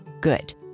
Good